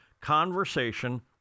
Conversation